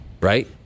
Right